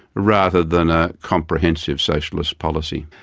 rather than a comprehensive socialist policy.